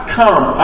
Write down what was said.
come